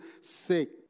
sake